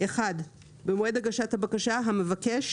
במועד הגשת הבקשה המבקש,